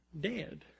dead